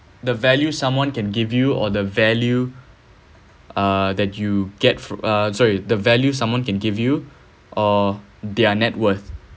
the value someone can give you or the value uh that you get uh sorry the value someone can give you or their net worth